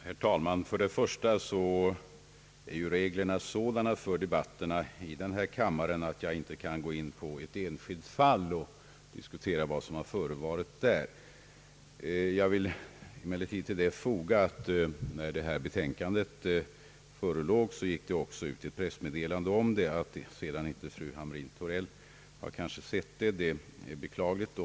Herr talman! Reglerna för debatterna i denna kammare är ju sådana att jag inte kan gå in på ett enskilt fall. Jag vill emellertid nämna att när detta betänkande förelåg, gick det också ut ett pressmeddelande om det. Att fru Hamrin-Thorell inte sett det är beklagligt.